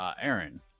Aaron